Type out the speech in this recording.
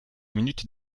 minutes